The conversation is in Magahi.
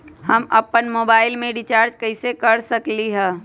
हम अपन मोबाइल में रिचार्ज कैसे कर सकली ह?